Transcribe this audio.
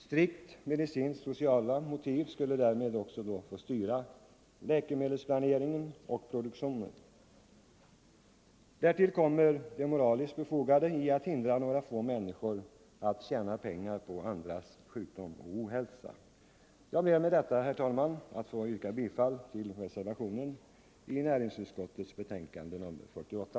Strikt medicinsk-sociala motiv skulle därmed också få styra läkemedelsplanering och läkemedelsproduktion. Därtill kommer det moraliskt befogade i att hindra några få människor att tjäna pengar på andras sjukdom och ohälsa. Herr talman! Med det anförda ber jag att få yrka bifall till den reservation som fogats till näringsutskottets betänkande nr 48.